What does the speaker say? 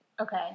Okay